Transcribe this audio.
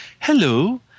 hello